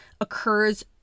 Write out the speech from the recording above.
occurs